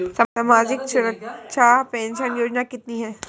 सामाजिक सुरक्षा पेंशन योजना कितनी हैं?